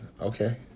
Okay